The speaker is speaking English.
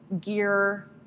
gear